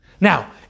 Now